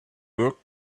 work